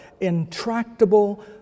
intractable